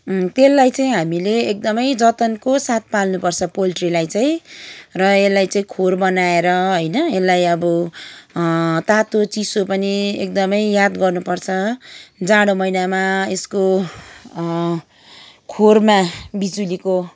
तेल्लाई चाहिँ हामीले एकदमै जतनको साथ पाल्नुपर्छ पोल्ट्रीलाई चाहिँ र एल्लाई चाहिँ खोर बनाएर हैन एल्लाई अब अँ तातो चिसो पनि एकदमै याद गर्नुपर्छ जाडो मैनाम एसको अँ खोरमा बिजुलीको